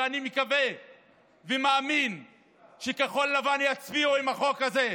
ואני מקווה ומאמין שכחול לבן יצביעו על החוק הזה,